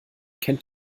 kennt